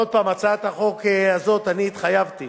עוד פעם, הצעת החוק הזאת, אני התחייבתי